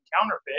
counterfeit